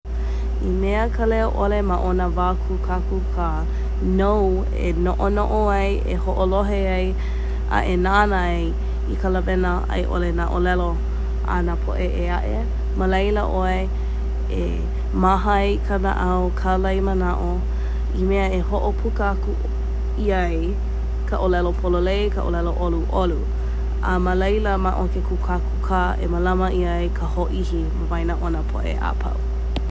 I mea ka leo ʻole ma o nā wā kūkākūkā nou e noʻonoʻo ai, e hoʻoloha ai, a e nānā ai i ka lāwena a i ʻole ka ʻōlelo a nā poʻe e aʻe, ma laila ʻoe e maha ai ka naʻau, kālai manaʻo, i mea e hoʻopuka ʻia ai ka ʻōlelo pololei, ka ʻōlelo ʻoluʻolu. A ma laila ma o ke kūkākūkā e mālama ʻia ai ka hōʻihi ma waena o nā poʻe a pau.